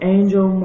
Angel